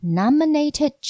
nominated